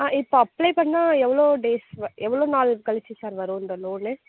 ஆ இப்போது அப்ளே பண்ணிணா எவ்வளோ டேஸ் எவ்வளோ நாள் கழிச்சு சார் வரும் இந்த லோனு